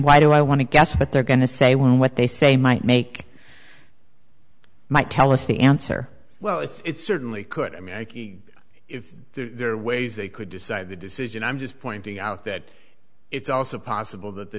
why do i want to guess what they're going to say when what they say might make might tell us the answer well it's certainly could i mean if there are ways they could decide the decision i'm just pointing out that it's also possible that the